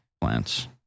plants